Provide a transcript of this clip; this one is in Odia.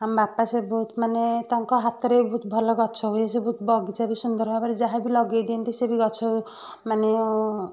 ଆମ ବାପା ସେ ବହୁତ ମାନେ ତାଙ୍କ ହାତରେ ବହୁତ ଭଲ ଗଛ ହୁଏ ସେ ବହୁତ ବଗିଚା ବି ସୁନ୍ଦର ଭାବରେ ଯାହାବି ଲଗାଇ ଦିଅନ୍ତି ସେ ବି ଗଛ ମାନେ ଉଁ